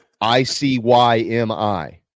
I-C-Y-M-I